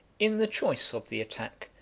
in the choice of the attack,